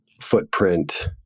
footprint